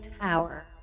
tower